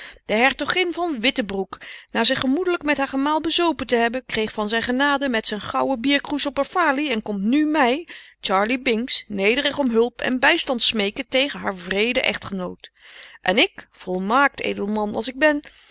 de hertogin van wittebroek na zich gemoedelijk met haar gemaal bezopen te hebben kreeg van zijn genade met zijn gouën bierkroes op r falie en komt nu mij charlie binks nederig om hulp en bijstand smeeken tegen haar wreeden echtgenoot en ik volmaakt edelman als ik ben